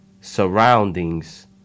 surroundings